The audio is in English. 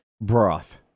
broth